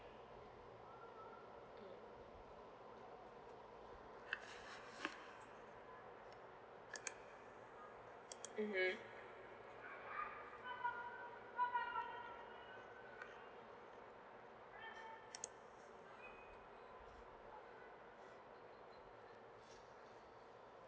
mm mmhmm